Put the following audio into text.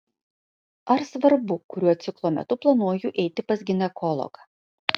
ar svarbu kuriuo ciklo metu planuoju eiti pas ginekologą